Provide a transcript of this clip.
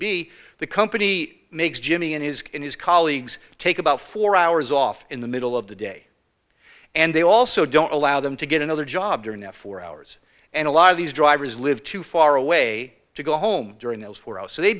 be the company makes jimmy and his and his colleagues take about four hours off in the middle of the day and they also don't allow them to get another job during that four hours and a lot of these drivers live too far away to go home during those four oh so they